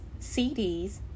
CDs